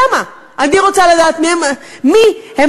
למה אני לא צריכה לדעת מי הם התורמים של "אם תרצו"?